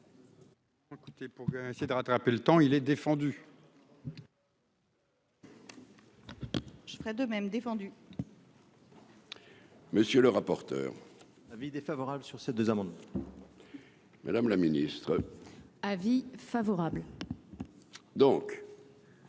pour essayer de rattraper le temps il est défendu. Je ferai de même défendu. Monsieur le rapporteur, avis défavorable sur ces deux amendements, madame la ministre. Avis favorable